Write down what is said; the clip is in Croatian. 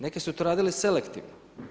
Neki su to radili selektivno.